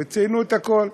ציינו את הכול.